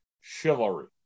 chivalry